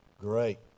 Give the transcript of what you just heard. Great